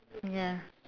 ya